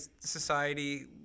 society